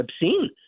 obscene